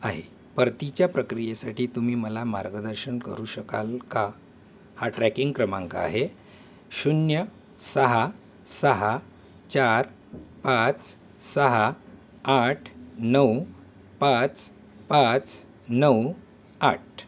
आहे परतीच्या प्रक्रियेसाठी तुम्ही मला मार्गदर्शन करू शकाल का हा ट्रॅकिंग क्रमांक आहे शून्य सहा सहा चार पाच सहा आठ नऊ पाच पाच नऊ आठ